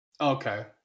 Okay